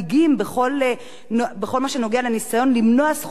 לניסיון למנוע זכות בסיסית של עובדים להתאגד,